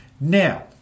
Now